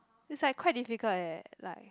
it's like quite difficult eh like